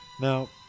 Now